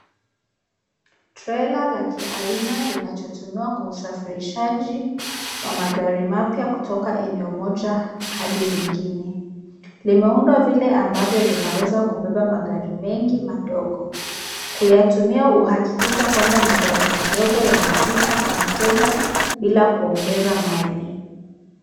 Trela la kiaina linachotumiwa kwa usafirishaji wa magari mapya kutoka eneo moja hadi lingine. Limeundwa vile ambavyo linaweza kubeba magari mengi madogo, kuyatumia uhakikisho kwamba magari madogo yamefika kwa mteja bila kuongeza maili.